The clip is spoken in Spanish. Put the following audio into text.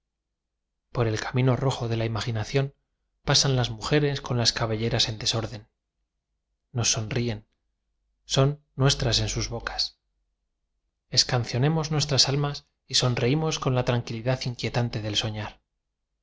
por el camino rojo de la imaginación pasan las mujeres con las cabelleras en desorden nos sonríen son nuestras en sus bocas escaucionemos nuestras almas y sonreimos con la tranquilidad inquietante del soñar